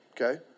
okay